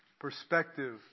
perspective